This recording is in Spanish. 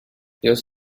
dios